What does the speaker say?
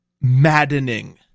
maddening